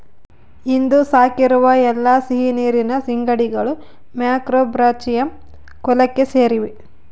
ಇಂದು ಸಾಕಿರುವ ಎಲ್ಲಾ ಸಿಹಿನೀರಿನ ಸೀಗಡಿಗಳು ಮ್ಯಾಕ್ರೋಬ್ರಾಚಿಯಂ ಕುಲಕ್ಕೆ ಸೇರಿವೆ